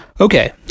Okay